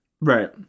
right